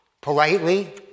politely